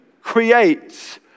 creates